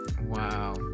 Wow